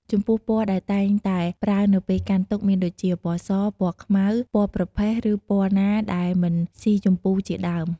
ចំំពោះពណ៌ដែលតែងតែប្រើនៅពេលកាន់ទុក្ខមានដូចជា ពណ៍ស ពណ៍ខ្មៅ ពណ៍ប្រផេះ ឬពណ៍ណាដែលមិនស៊ីជំពូជាដើម។